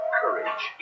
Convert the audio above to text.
courage